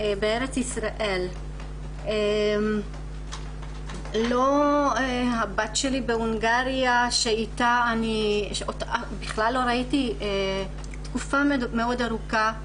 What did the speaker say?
בארץ ישראל; לא הבת שלי בהונגריה שלא ראיתי תקופה מאוד ארוכה,